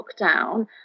lockdown